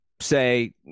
say